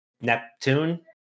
Neptune